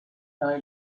tyler